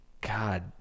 God